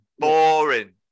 Boring